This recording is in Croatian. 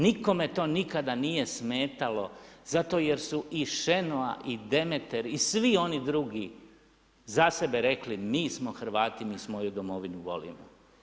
Nikome to nikada nije smetalo, zato jer su i Šenoa i Demeter i svi oni drugi za sebe rekli, mi smo Hrvati, mi svoju domovinu volimo.